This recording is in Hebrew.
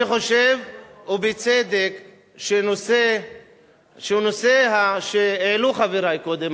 אני חושב ובצדק שהנושא שהעלו חברי קודם,